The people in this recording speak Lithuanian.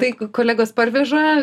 tai kolegos parveža